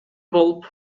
болуп